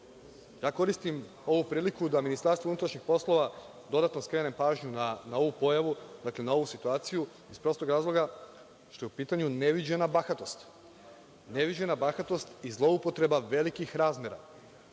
koristim ovu priliku da MUP dodatno skrene pažnju na ovu pojavu, dakle, na ovu situaciju iz prostog razloga što je u pitanju neviđena bahatost. Neviđena bahatost i zloupotreba velikih razmera.